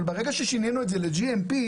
ברגע ששינינו את זה ל-GMP,